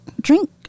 drink